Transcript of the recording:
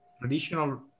traditional